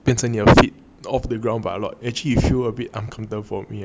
depends on your feet off the ground but a lot actually you feel a bit uncomfortable for me ah